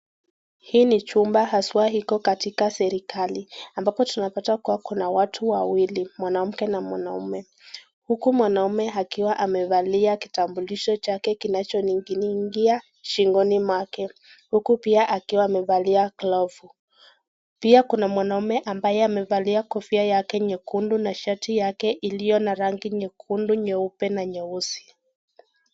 Hii ni chumba haswa iko katika serikali, ambapo tunapata kuwa kuna watu wawili, mwanamke na mwanaume. Huku mwanaume akiwaamevalia kitambulisho chake kinachoning'inia shingoni mwake. Huku pia akiwaamevalia glovu. Pia kuna mwanamke ambaye amevalia kofia yake nyekundu na shati yake iliyo na rangi nyekundu, nyeupe na nyeusi.